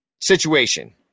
situation